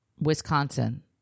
Wisconsin